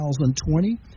2020